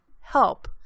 help